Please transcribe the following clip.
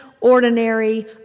ordinary